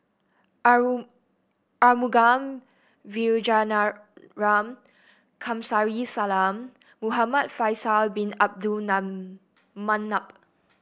Arumugam Vijiaratnam Kamsari Salam Muhamad Faisal Bin Abdul Manap